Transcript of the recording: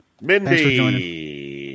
Mindy